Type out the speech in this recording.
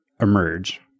emerge